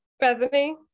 bethany